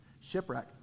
Shipwreck